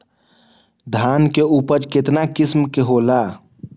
धान के उपज केतना किस्म के होला?